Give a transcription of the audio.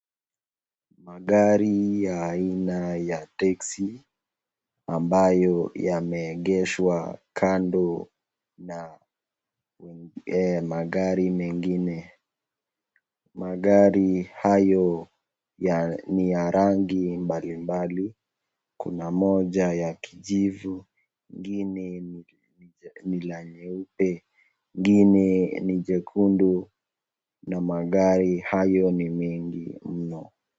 Magari ya aina ya teksi ambayo yameegeshwa kando na magari mengine. Magari hayo ni ya rangi mbalimbali. Kuna moja ya kijivu, lingine ni la nyeupe, lingine ni jekundu na magari hayo ni mingi mno.